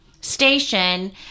station